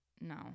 No